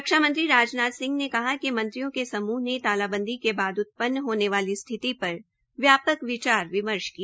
रक्षा मंत्री राजनाथ सिंह ने कहा कि मंत्रियों के समूह में तालाबंदी के बाद उत्पन होने वाली स्थिति पर प्यापक विचार विमर्श किया